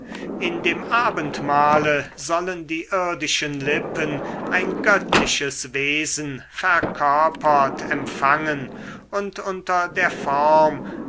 in dem abendmahle sollen die irdischen lippen ein göttliches wesen verkörpert empfangen und unter der form